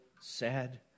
sad